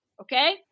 okay